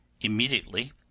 Immediately